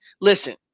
listen